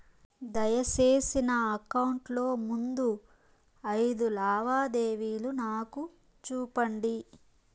దయసేసి నా అకౌంట్ లో ముందు అయిదు లావాదేవీలు నాకు చూపండి